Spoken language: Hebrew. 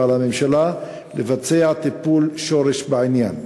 ועל הממשלה לבצע טיפול שורש בעניין.